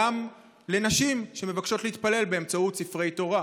וגם לנשים שמבקשות להתפלל באמצעות ספרי תורה?